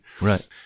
Right